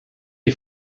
est